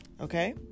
Okay